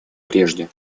прежде